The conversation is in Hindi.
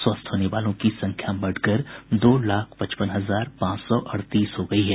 स्वस्थ होने वालों की संख्या बढ़कर दो लाख पचपन हजार पांच सौ अड़तीस हो गयी है